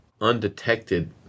undetected